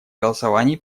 голосовании